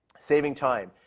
saving time,